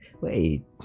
wait